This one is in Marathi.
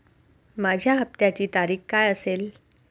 माझ्या हप्त्याची तारीख काय असेल?